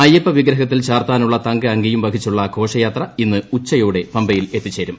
അയ്യപ്പ വിഗ്രഹത്തിൽ ചാർത്താനുള്ള തങ്കയങ്കിയും വഹിച്ചുള്ള ഘോഷയാത്ര ഇന്ന് ഉച്ചയോടെ പമ്പയിൽ എത്തിച്ചേരും